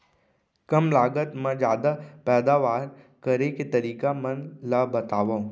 कम लागत मा जादा पैदावार करे के तरीका मन ला बतावव?